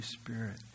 Spirit